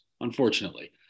unfortunately